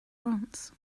france